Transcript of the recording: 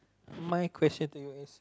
my question to you is